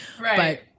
Right